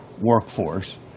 workforce